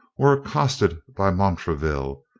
were accosted by montraville,